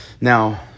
Now